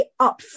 upfront